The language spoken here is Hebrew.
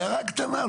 הערה קטנה.